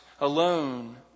alone